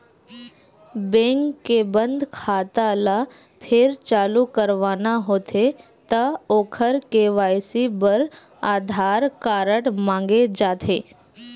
bank के बंद खाता ल फेर चालू करवाना होथे त ओखर के.वाई.सी बर आधार कारड मांगे जाथे